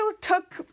took